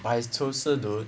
but is 厨师 dude